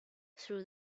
through